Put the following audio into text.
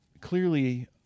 clearly